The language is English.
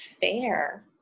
fair